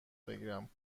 بگیرم